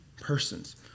persons